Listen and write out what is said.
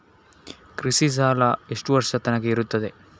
ಕೃಷಿ ಸಾಲ ಎಷ್ಟು ವರ್ಷ ತನಕ ಇರುತ್ತದೆ?